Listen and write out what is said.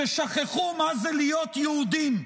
ששכחו מה זה להיות יהודים,